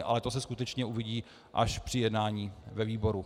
Ale to se skutečně uvidí až při jednání ve výboru.